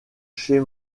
chez